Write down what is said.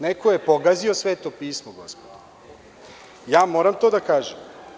Neko je pogazio Sveto pismo gospodo, moram to da kažem.